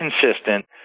consistent